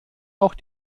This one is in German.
auch